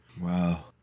Wow